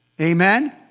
amen